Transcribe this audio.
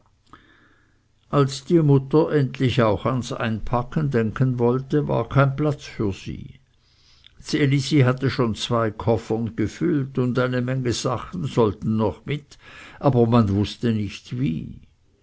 als die mutter endlich auch ans einpacken denken wollte war kein platz für sie ds elisi hatte schon zwei koffern gefüllt und eine menge sachen sollten noch mit aber man wußte nicht wie